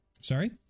Sorry